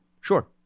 Sure